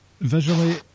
visually